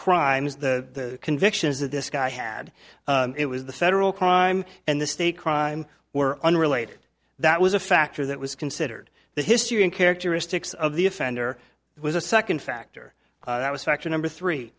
crimes the convictions that this guy had it was the federal crime and the state crime were unrelated that was a factor that was considered the history and characteristics of the offender it was a second factor that was section number three